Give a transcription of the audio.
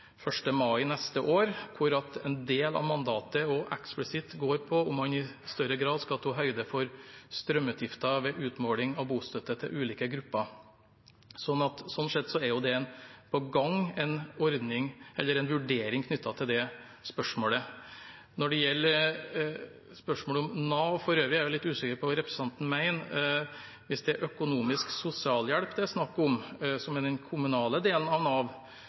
mai neste år, hvor en del av mandatet eksplisitt går på om man i større grad skal ta høyde for strømutgifter ved utmåling av bostøtte til ulike grupper. Sånn sett er det jo på gang en vurdering knyttet til det spørsmålet. Når det gjelder spørsmålet om Nav for øvrig, er jeg litt usikker på hva representanten mener. Hvis det er økonomisk sosialhjelp det er snakk om, som er den kommunale delen av Nav,